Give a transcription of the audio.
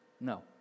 No